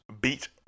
beat